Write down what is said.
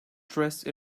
dressed